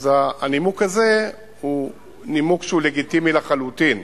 הנימוק הזה הוא נימוק שהוא לגיטימי לחלוטין.